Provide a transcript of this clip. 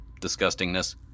disgustingness